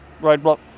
roadblock